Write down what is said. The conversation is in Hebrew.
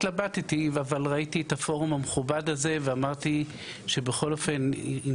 התלבטתי אבל ראיתי את הפורום המכובד הזה ואמרתי שבכל אופן עם